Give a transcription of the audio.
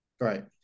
right